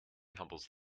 tumbles